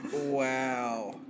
Wow